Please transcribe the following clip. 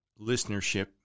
listenership